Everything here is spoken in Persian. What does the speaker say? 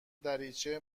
دریچه